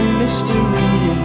mystery